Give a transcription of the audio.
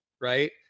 right